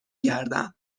گردم